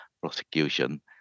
prosecution